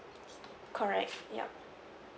correct yup